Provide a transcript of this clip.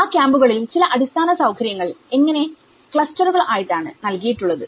ആ ക്യാമ്പുകളിൽ ചില അടിസ്ഥാന സ്വകാര്യങ്ങൾ ഇങ്ങനെ ക്ലസ്റ്ററുകൾ ആയിട്ടാണ് നൽകിയിട്ടുള്ളത്